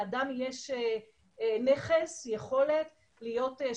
לאדם יש נכס, יכול להיות שרברב,